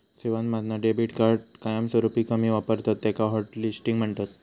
सेवांमधना debit card कायमस्वरूपी कमी वापरतत त्याका हॉटलिस्टिंग म्हणतत